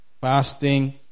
fasting